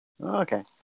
okay